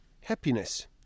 happiness